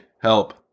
help